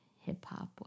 hip-hop